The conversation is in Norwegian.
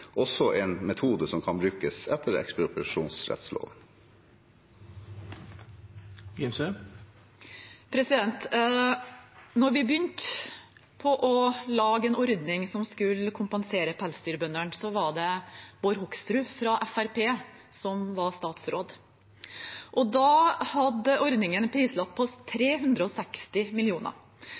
en metode som etter ekspropriasjonslovgivningen kan brukes. Da vi begynte å lage en ordning som skulle kompensere pelsdyrbøndene, var det Bård Hoksrud fra Fremskrittspartiet som var statsråd, og da hadde ordningen en prislapp på 360